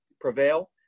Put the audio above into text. prevail